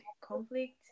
conflict